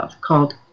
called